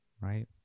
Right